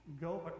go